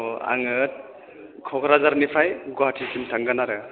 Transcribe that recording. आङो कक्राझारनिफ्राय गुवाहाटिसिम थांगोन आरो